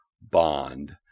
bond